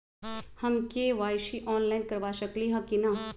हम KYC online करवा सकली ह कि न?